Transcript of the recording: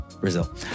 Brazil